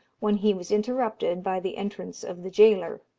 when he was interrupted by the entrance of the jailor.